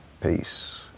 Peace